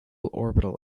orbital